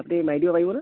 আপুনি মাৰি দিব পাৰিবনে